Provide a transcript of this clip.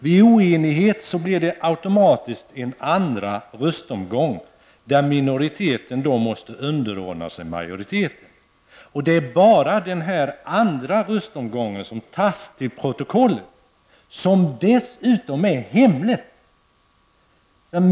Vid oenighet blir det automatiskt en andra röstomgång där minoriteten då måste underordna sig majoriteten. Det är bara den andra röstomgången som tas till protokollet, vilket dessutom är hemligt.